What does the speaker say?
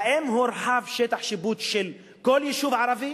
האם הורחב שטח שיפוט של כל יישוב ערבי?